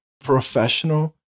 professional